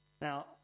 Now